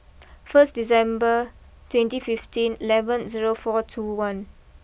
first December twenty fifteen eleven zero four two one